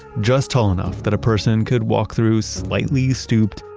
just tall enough that a person could walk through slightly stooped,